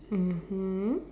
mmhmm